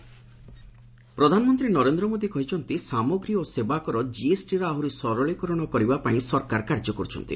PM Maharashtra ପ୍ରଧାନମନ୍ତ୍ରୀ ନରେନ୍ଦ୍ର ମୋଦି କହିଛନ୍ତି ସାମଗ୍ରୀ ଓ ସେବାକର ଜିଏସ୍ଟି ର ଆହୁରି ସରଳିକରଣ ପାଇଁ ସରକାର କାର୍ଯ୍ୟ କରୁଛନ୍ତି